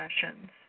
sessions